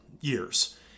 years